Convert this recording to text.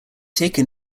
taken